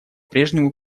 прежнему